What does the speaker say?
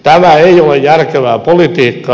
tämä ei ole järkevää politiikkaa